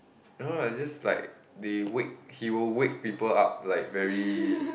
no no I just like they wake he will wake people up like very